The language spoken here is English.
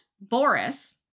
Boris